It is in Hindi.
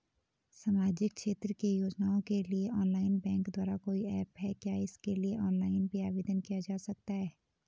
सामाजिक क्षेत्र की योजनाओं के लिए ऑनलाइन बैंक द्वारा कोई ऐप है क्या इसके लिए ऑनलाइन भी आवेदन किया जा सकता है?